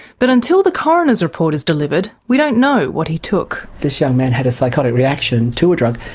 but until the coroner's report is delivered, we don't know what he took. this young man had a psychotic reaction to a drug.